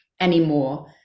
anymore